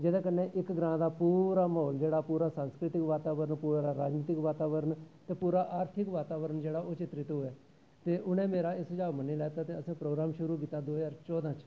जेह्दे कन्नै एक्क ग्रांऽ दा पूरा म्हौल जेह्ड़ा पूरा सांस्कृतिक वातावरण पूरा राजनीतिक वातावरण ते पूरा आर्थिक वातावरण जेह्ड़ा ओह् चित्रित होऐ ते उनें मेरा एह् सुझा मन्नी लैता ते असें प्रोग्राम शुरू कीता दो ज्हार चौदां च